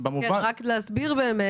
כדי להסביר,